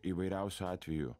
įvairiausių atvejų